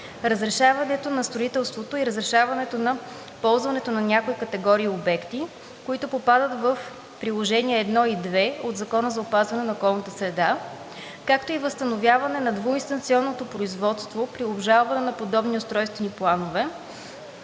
разрешаването на строителството и разрешаването на ползването на някои категории обекти, които попадат в приложения № 1 и 2 от Закона за опазване на околната среда, както и възстановяване на двуинстанционното производство при обжалване на подробни устройствени планове,